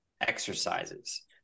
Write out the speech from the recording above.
exercises